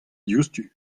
diouzhtu